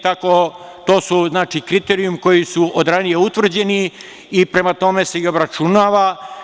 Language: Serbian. To su znači kriterijumi koji su od ranije utvrđeni i prema tome se i obračunava.